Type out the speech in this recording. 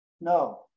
No